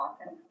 often